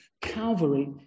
Calvary